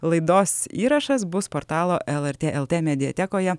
laidos įrašas bus portalo lrt lt mediatekoje